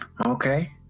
Okay